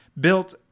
built